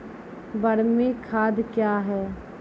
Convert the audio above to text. बरमी खाद कया हैं?